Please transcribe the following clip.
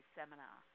seminar